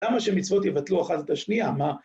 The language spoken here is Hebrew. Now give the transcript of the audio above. למה שמצוות יבטלו אחת את השנייה? מה?